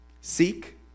Seek